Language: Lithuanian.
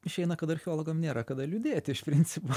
išeina kad archeologam nėra kada liūdėti iš principo